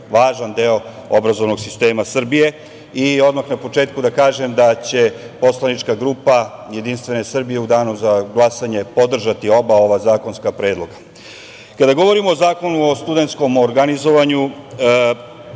važan deo obrazovnog sistema Srbije. Odmah na početku da kažem da će poslanička grupa Jedinstvene Srbije u danu za glasanje podržati oba ova zakonska predloga. Kada govorimo o zakonu o studentskom organizovanju,